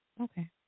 Okay